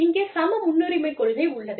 இங்கே சம முன்னுரிமை கொள்கை உள்ளது